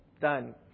Done